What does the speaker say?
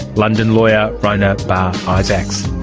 london lawyer rona bar-isaac.